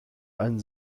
ein